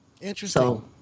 Interesting